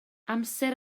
amser